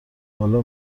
بالا